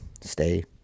stay